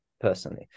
personally